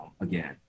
Again